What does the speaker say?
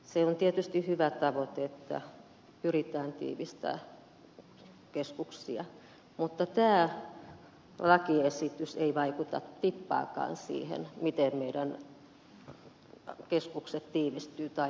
se on tietysti hyvä tavoite että pyritään tiivistämään keskuksia mutta tämä lakiesitys ei vaikuta tippaakaan siihen miten meidän keskuksemme tiivistyvät tai hajautuvat